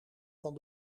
van